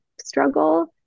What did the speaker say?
struggle